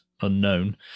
unknown